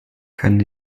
können